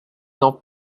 not